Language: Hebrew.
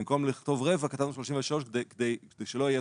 במקום לכתוב רבע כתבנו 33 כדי שלא יהיה